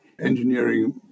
engineering